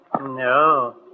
no